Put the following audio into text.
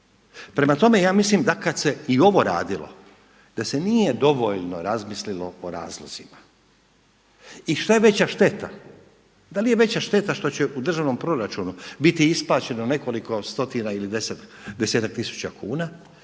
Prema tome da kada se i ovo radilo da se nije dovoljno razmislilo o razlozima. I šta je veća šteta? Da li je veća šteta što će u državnom proračunu biti isplaćeno nekoliko stotina ili desetak tisuća kuna